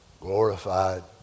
glorified